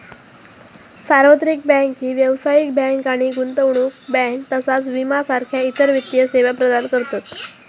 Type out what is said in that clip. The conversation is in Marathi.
सार्वत्रिक बँक ही व्यावसायिक बँक आणि गुंतवणूक बँक तसाच विमा सारखा इतर वित्तीय सेवा प्रदान करतत